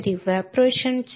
evaporation म्हणजे काय